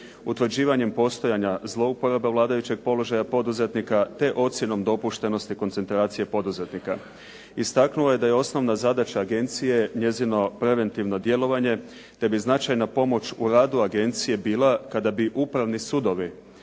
utvrđivanjem postojanja zlouporaba vladajućeg položaja poduzetnika te ocjenom dopuštenosti koncentracija poduzetnika. Istaknula je da je osnovna zadaća agencije njezino preventivno djelovanje te bi značajna pomoć u radu agencije bila kada bi upravni sudovi